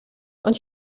und